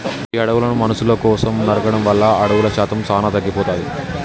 గీ అడవులను మనుసుల కోసం నరకడం వల్ల అడవుల శాతం సానా తగ్గిపోతాది